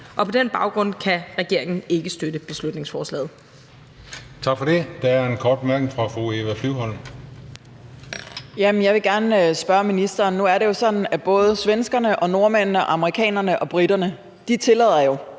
Og på den baggrund kan regeringen ikke støtte beslutningsforslaget.